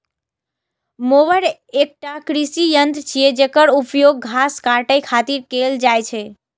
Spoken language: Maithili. मोवर एकटा कृषि यंत्र छियै, जेकर उपयोग घास काटै खातिर कैल जाइ छै